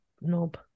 knob